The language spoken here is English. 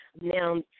Now